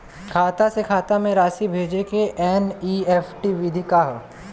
खाता से खाता में राशि भेजे के एन.ई.एफ.टी विधि का ह?